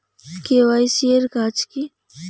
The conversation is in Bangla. কে.ওয়াই.সি এর কাজ কি?